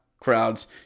crowds